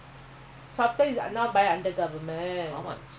ya then because you're singaporean that's why government is helping you